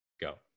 go